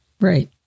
Right